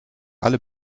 alle